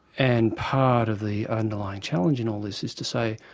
and part of the underlying challenge in all this is to say,